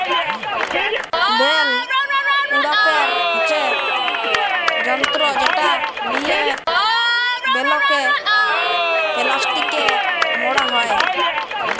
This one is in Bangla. বেল উড়াপের হচ্যে যন্ত্র যেটা লিয়ে বেলকে প্লাস্টিকে মড়া হ্যয়